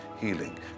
healing